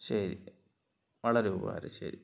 ശരി വളരെ ഉപകാരം ശരി